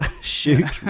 Shoot